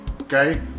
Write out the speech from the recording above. Okay